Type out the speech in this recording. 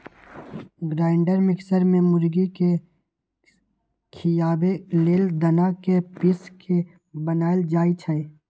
grinder mixer में मुर्गी के खियाबे लेल दना के पिस के बनाएल जाइ छइ